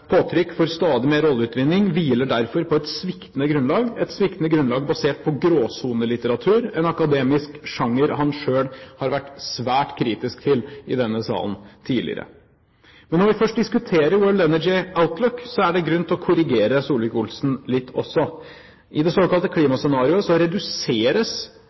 påtrykk for stadig mer oljeutvinning hviler derfor på et sviktende grunnlag, et sviktende grunnlag basert på gråsonelitteratur; en akademisk sjanger han selv har vært svært kritisk til i denne salen tidligere. Men når vi først diskuterer World Energy Outlook, er det grunn til å korrigere Solvik-Olsen litt også. I det såkalte klimascenarioet reduseres